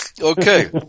Okay